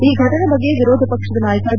ಈ ಘಟನೆಯ ಬಗ್ಗೆ ವಿರೋಧ ಪಕ್ಷದ ನಾಯಕ ಬಿ